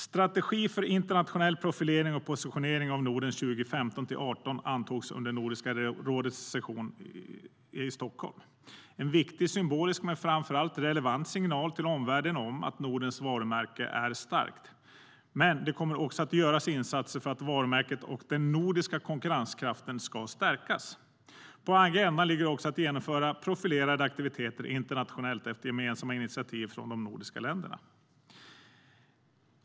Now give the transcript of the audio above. Strategi för internationell profilering och positionering av Norden 2015-2018 antogs under Nordiska rådets session i Stockholm. Det är en viktig symbolisk men framför allt relevant signal till omvärlden om att Nordens varumärke är starkt. Men det kommer att göras insatser för att varumärket och den nordiska konkurrenskraften ska stärkas. På agendan ligger också att genomföra profilerade aktiviteter internationellt efter gemensamma initiativ från de nordiska länderna.